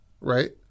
Right